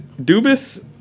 Dubis